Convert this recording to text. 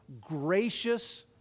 gracious